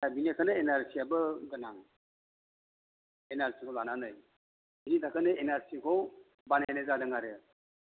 दा बिनिखायनो एनआरसियाबो गोनां एनआरसिखौ लानानै बिनि थाखायनो एनआरसिखौ बानायनाय जादों आरो